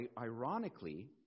Ironically